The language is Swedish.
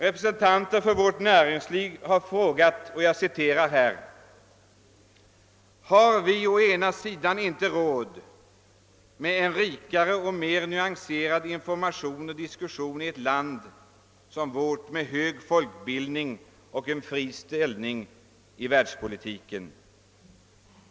Representanter för vårt näringsliv har frågat — jag citerar: »Har vi å ena sidan inte råd med en rikare och mer nyanserad information och diskussion i ett land med hög folkbildning och en fri ställning i världspolitiken?